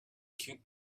cute